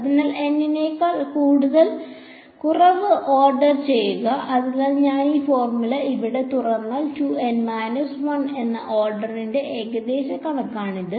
അതിനാൽ N നേക്കാൾ കുറവ് ഓർഡർ ചെയ്യുക അതായത് ഞാൻ ഈ ഫോർമുല ഇവിടെ തുറന്നാൽ 2 N 1 എന്ന ഓർഡറിന്റെ ഏകദേശ കണക്കാണിത്